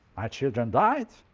my children died,